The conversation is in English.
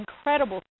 incredible